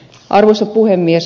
arvoisa puhemies